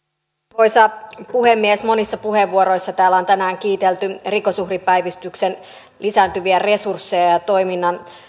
arvoisa puhemies monissa puheenvuoroissa täällä on tänään kiitelty rikosuhripäivystyksen lisääntyviä resursseja ja toiminnan